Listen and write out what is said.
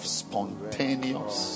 spontaneous